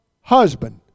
husband